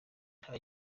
nta